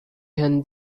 van